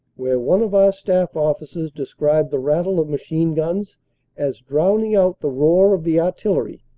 where one of our staff officers described the rattle of machine-guns as drowning out the roar of the artillery.